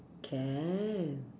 can